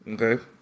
Okay